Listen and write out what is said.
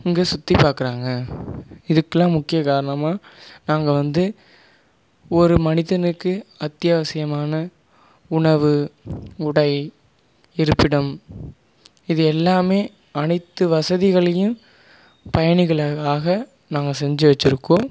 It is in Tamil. இங்கே சுற்றி பாக்கிறாங்க இதுக்கெல்லாம் முக்கிய காரணமாக நாங்கள் வந்து ஒரு மனிதனுக்கு அத்தியாவசியமான உணவு உடை இருப்பிடம் இது எல்லாம் அனைத்து வசதிகளையும் பயணிகளுக்காக நாங்கள் செஞ்சு வைச்சிருக்கோம்